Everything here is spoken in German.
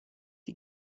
die